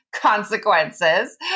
consequences